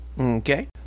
Okay